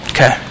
Okay